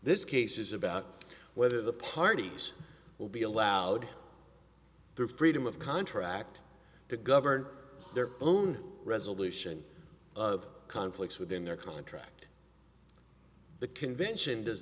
this case is about whether the parties will be allowed their freedom of contract to govern their own resolution of conflicts within their contract the convention does